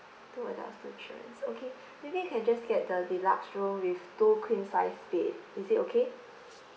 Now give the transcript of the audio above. two adults two children okay maybe you can just get the deluxe room with two queen size bed is it okay